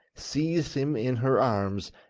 seized him in her arms,